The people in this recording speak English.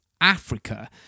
Africa